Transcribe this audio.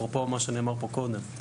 אפרופו מה שנאמר פה קודם.